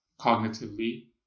cognitively